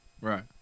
Right